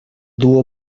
dúo